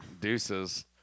Deuces